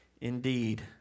indeed